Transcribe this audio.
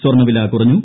സ്വർണ്ണവില കുറഞ്ഞു